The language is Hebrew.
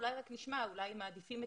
אולי נשמע אותם.